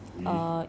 鱼